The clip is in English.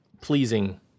pleasing